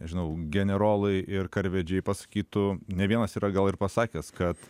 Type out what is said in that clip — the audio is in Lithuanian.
nežinau generolai ir karvedžiai pasakytų ne vienas yra gal ir pasakęs kad